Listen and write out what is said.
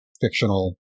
fictional